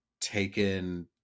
taken